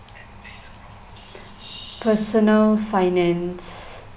personal finance